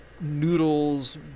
noodles